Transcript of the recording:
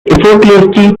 effortlessly